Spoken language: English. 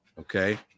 Okay